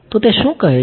તો તે શું કહે છે